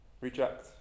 reject